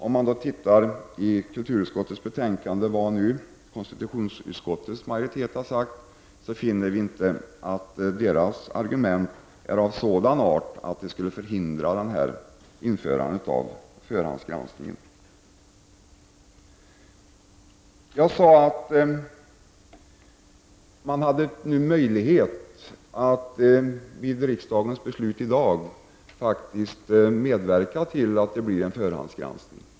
Om man i kulturutskottets betänkande studerar vad konstitutionsutskottets majoritet har sagt, så finner man att dessa argument inte är av sådan art att de skulle förhindra införande av förhandsgranskning. Jag sade att man nu har möjlighet vid riksdagens beslut i dag att medverka till att det blir en förhandsgranskning.